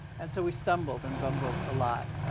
and so we stumbled and bumbled a lot.